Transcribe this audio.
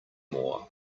more